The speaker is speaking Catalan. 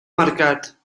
mercat